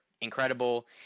incredible